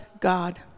God